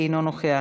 אינו נוכח,